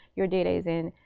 your data is in,